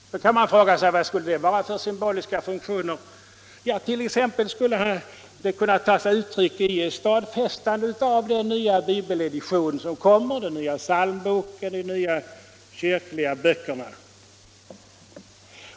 Sedan kan man fråga vad det skulle vara för symboliska funk Onsdagen den tioner. Det kan t.ex. vara att stadfästa den nya bibeledition som kommer, 19 november 1975 den nya psalmboken och de nya kyrkliga böckerna.